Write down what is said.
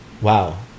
wow